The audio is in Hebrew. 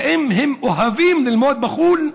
האם הם אוהבים ללמוד בחו"ל?